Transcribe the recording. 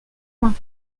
points